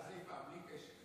שמעת מה אמרתי, בלי קשר.